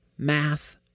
Math